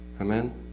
Amen